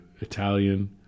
Italian